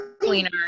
cleaner